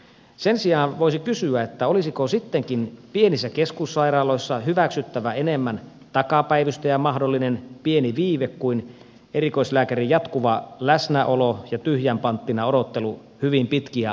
sen sijaan voisi kysyä olisiko sittenkin pienissä keskussairaaloissa hyväksyttävä enemmän takapäivystäjän mahdollinen pieni viive kuin erikoislääkärin jatkuva läsnäolo ja tyhjän panttina odottelu hyvin pitkiä aikoja